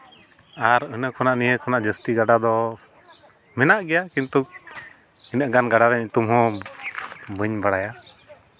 ᱟᱨ ᱤᱱᱟᱹ ᱠᱷᱚᱱᱟᱜ ᱱᱤᱭᱟᱹ ᱠᱷᱚᱱᱟᱜ ᱡᱟᱹᱥᱛᱤ ᱜᱟᱰᱟ ᱫᱚ ᱢᱮᱱᱟᱜ ᱜᱮᱭᱟ ᱠᱤᱱᱛᱩ ᱤᱱᱟᱹᱜ ᱜᱟᱱ ᱜᱟᱰᱟ ᱨᱮᱭᱟᱜ ᱧᱩᱛᱩᱢ ᱦᱚᱸ ᱵᱟᱹᱧ ᱵᱟᱲᱟᱭᱟ